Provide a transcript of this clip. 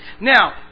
Now